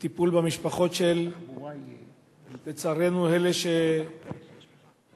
וטיפול במשפחות של אלה שגרמו